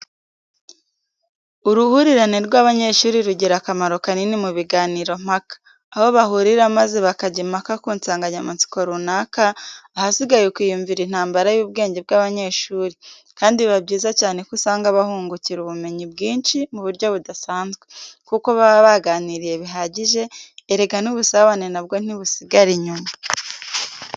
Uruhurirane rw'abanyeshuri rugira akamaro kanini mu biganiro mpaka, aho bahurira maze bakajya impaka ku nsanganyamatsiko runaka, ahasigaye ukiyumvira intambara y'ubwenge bw'abanyeshuri, kandi biba byiza cyane ko usanga bahungukira ubumenyi bwishi mu buryo budasanzwe, kuko baba baganiriye bihagije, erega n'ubusabane na bwo ntibusigara inyuma.